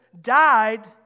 died